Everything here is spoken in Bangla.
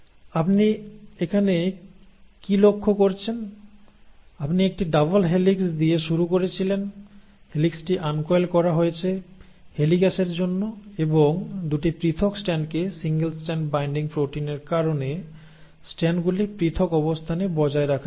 আপনি এখানে কী লক্ষ্য করছেন আপনি একটি ডাবল হেলিক্স দিয়ে শুরু করেছিলেন হেলিক্সটি আনকয়েল করা হয়েছে হেলিক্যাসের জন্য এবং 2 টি পৃথক স্ট্র্যান্ডকে সিঙ্গেল স্ট্যান্ড বাইন্ডিং প্রোটিনের কারণে স্ট্র্যান্ডগুলি পৃথক অবস্থানে বজায় রাখা গিয়েছিল